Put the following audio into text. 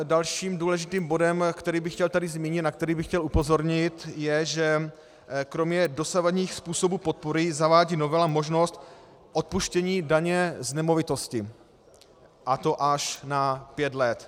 Dalším důležitým bodem, který bych tady chtěl zmínit, na který bych chtěl upozornit, je, že kromě dosavadních způsobů podpory zavádí novela možnost odpuštění daně z nemovitosti, a to až na pět let.